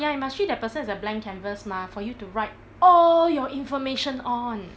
ya you must treat the person as a blank canvas mah for you to write all your information on